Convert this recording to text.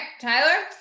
Tyler